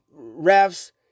refs